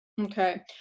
Okay